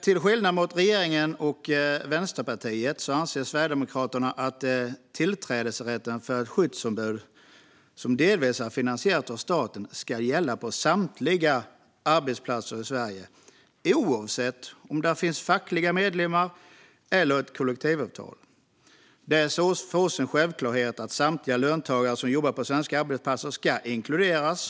Till skillnad från regeringen och Vänsterpartiet anser Sverigedemokraterna att tillträdesrätten för ett skyddsombud som delvis är finansierat av staten ska gälla på samtliga arbetsplatser i Sverige, oavsett om där finns fackliga medlemmar eller kollektivavtal. Det är för oss en självklarhet att samtliga löntagare som jobbar på svenska arbetsplatser ska inkluderas.